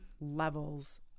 levels